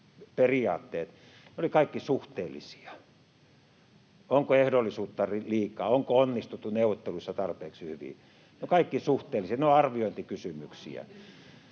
olivat kaikki suhteellisia. Onko ehdollisuutta liikaa? Onko onnistuttu neuvotteluissa tarpeeksi hyvin? Ne ovat kaikki suhteellisia, ne ovat arviointikysymyksiä.